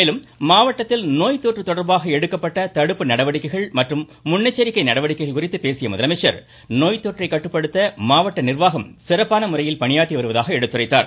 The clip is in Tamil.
மேலும் மாவட்டத்தில் நோய் தொற்று தொடர்பாக எடுக்கப்பட்ட கடுப்பு நடவடிக்கைகள் மற்றும் முன்னெச்சரிக்கை நடவடிக்கைகள் குறித்து பேசிய முதலமைச்சர் நோய் தொற்றை கட்டுப்படுத்த மாவட்ட நிர்வாகம் சிறப்பான முறையில் பணியாற்றி வருவதாக எடுத்துரைத்தார்